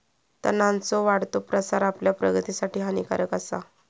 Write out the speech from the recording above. तणांचो वाढतो प्रसार आपल्या प्रगतीसाठी हानिकारक आसा